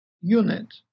unit